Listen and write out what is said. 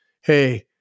hey